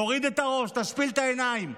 תוריד את הראש, תשפיל את העיניים,